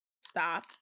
Stop